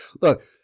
look